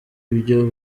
ibyo